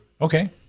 Okay